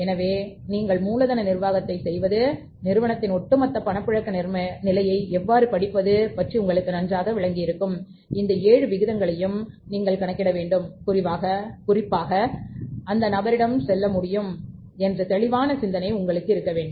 எனவே நீங்கள் மூலதன நிர்வாகத்தைச் செய்வது நிறுவனத்தின் ஒட்டுமொத்த பணப்புழக்க நிலையை எவ்வாறு படிப்பது என்பதை பற்றி உங்களுக்கு நன்றாக விளங்கி இருக்கும் இந்த 7 விகிதங்களை நீங்கள் கணக்கிட வேண்டும் குறிப்பாக இதன் மூலம் நிறுவனத்தின் நிதி நிலையை தெளிவாக சொல்ல முடியும் என்ற தெளிவான சிந்தனை உங்களுக்கு இருக்க வேண்டும்